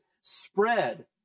spread